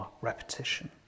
Repetition